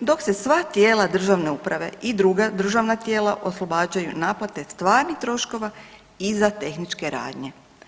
dok se sva tijela državne uprave i druga državna tijela oslobađaju naplate stvarnih troškova i za tehnike radnje.